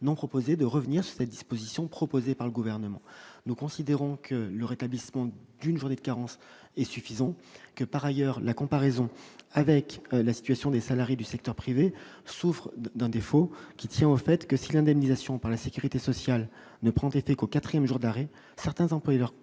n'ont proposé de revenir sur les dispositions proposées par le gouvernement, nous considérons que le rétablissement d'une journée de carence est suffisant que par ailleurs la comparaison avec la situation des salariés du secteur privé, souffre d'un défaut qui tient au fait que si l'indemnisation par la Sécurité sociale ne prend effet qu'au 4ème jour d'arrêt, certains employeurs